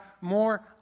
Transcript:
more